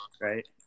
right